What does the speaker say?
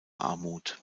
armut